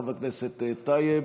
חבר הכנסת טייב,